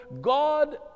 God